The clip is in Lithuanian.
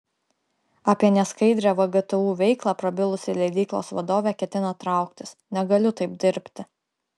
apie neskaidrią vgtu veiklą prabilusi leidyklos vadovė ketina trauktis negaliu taip dirbti